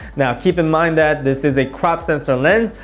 now keep in mind that this is a crop sensor lens,